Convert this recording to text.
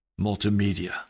Multimedia